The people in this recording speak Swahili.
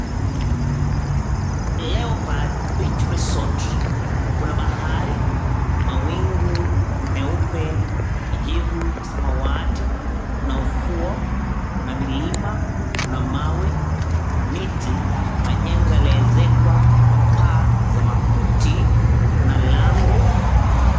Leopard Beach Resort. Kuna bahari, mawingu meupe, kijivu na samawati, kuna ufuo, kuna milima, kuna mawe, miti, majengo yaliyoezekwa kwa paa za makuti. Kuna lango.